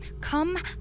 Come